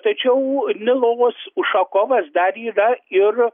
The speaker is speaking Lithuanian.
tačiau nilovas ušakovas dar yra ir